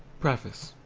preface.